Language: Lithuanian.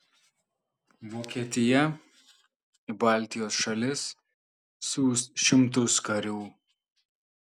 vokietija į baltijos šalis siųs šimtus karių